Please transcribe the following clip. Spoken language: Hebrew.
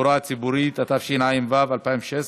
בתחבורה הציבורית, התשע"ו 2016,